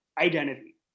identity